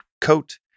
coat